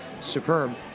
superb